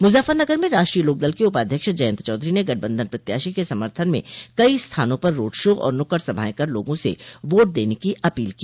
मुजफ्फरनगर में राष्ट्रीय लोकदल के उपाध्यक्ष जयन्त चौधरी ने गठबंधन प्रत्याशी के समर्थन में कई स्थानों पर रोड शो और नुक्कड़ सभायें कर लोगों से वोट देने की अपील की